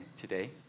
today